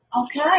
Okay